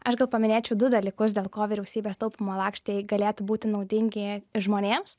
aš gal paminėčiau du dalykus dėl ko vyriausybės taupymo lakštai galėtų būti naudingi žmonėms